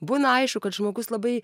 būna aišku kad žmogus labai